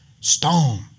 Stone